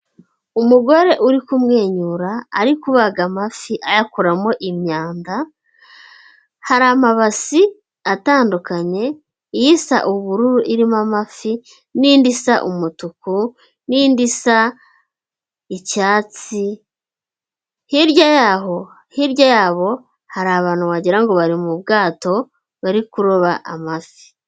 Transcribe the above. Umugore uri kumwenyura ari kubaga amafi ayakoramo imyanda, hari amabasi atandukanye isa ubururu irimo amafi n'indi isa umutuku n'indi isa icyatsi hirya yaho, hirya yabo hari abantu wagira ngo bari mu bwato bari kuroba amafi.